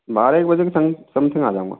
बारह एक बजे के समथिंग आ जाऊंगा